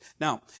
Now